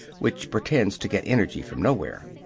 which pretends to get energy from nowhere.